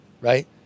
Right